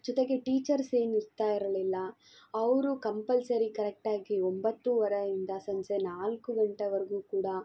ಜೊತೆಗೆ ಟೀಚರ್ಸ್ ಏನು ಇರ್ತಾ ಇರಲಿಲ್ಲ ಅವರು ಕಂಪಲ್ಸರಿ ಕರೆಕ್ಟಾಗಿ ಒಂಬತ್ತುವರೆಯಿಂದ ಸಂಜೆ ನಾಲ್ಕು ಗಂಟೆವರೆಗೂ ಕೂಡಾ